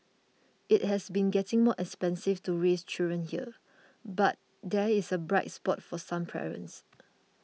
it has been getting more expensive to raise children here but there is a bright spot for some parents